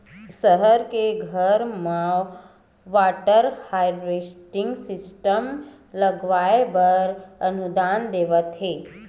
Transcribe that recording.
सहर के घर म वाटर हारवेस्टिंग सिस्टम लगवाए बर अनुदान देवत हे